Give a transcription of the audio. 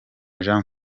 jean